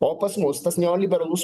o pas mus tas neoliberalus